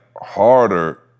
harder